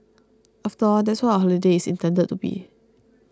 after all that's what a holiday is intended to be